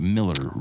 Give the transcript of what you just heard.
Miller